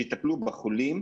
שיטפלו בחולים,